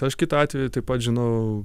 aš kitu atveju taip pat žinau